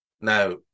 Now